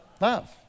love